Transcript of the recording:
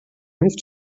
moved